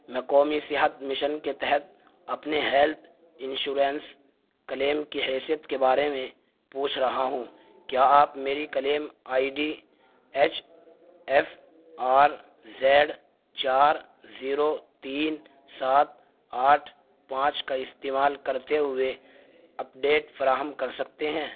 میں قومی صحت مشن کے تحت اپنے ہیلتھ انشورنس کلیم کی حیثیت کے بارے میں پوچھ رہا ہوں کیا آپ میری claim I D H F R Z چار زیرو تین سات آٹھ پانچ کا استعمال کرتے ہوئے اپ ڈیٹ فراہم کر سکتے ہیں